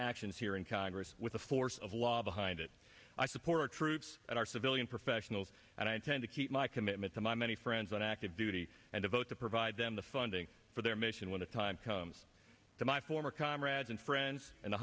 actions here in congress with the force of law behind it i support our troops and our civilian professionals and i intend to keep my commitment to my many friends on active duty and devote to provide them the funding for their mission when the time comes to my former comrades and friends and